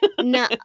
No